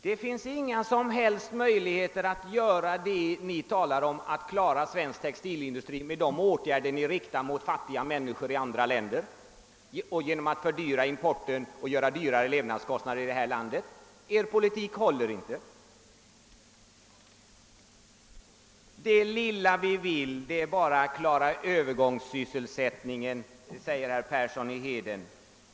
Det finns inga som helst möjligheter att genomföra det som ni talar om, d.v.s. att klara svensk textilindustri med de åtgärder ni riktar mot fattiga människor i andra länder och som leder till fördyring av importen och ökade levnadskostnader i vårt land. Er politik håller inte. Det lilla vi vill är bara att klara övergångssysselsättningen, säger herr Persson i Heden.